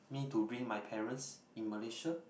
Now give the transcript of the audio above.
me to bring my parents in Malaysia